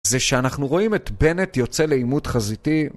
זה שאנחנו רואים את בנט יוצא לעימות חזיתי